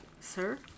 Sir